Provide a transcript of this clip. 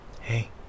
Hey